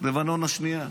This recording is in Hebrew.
לבנון השנייה.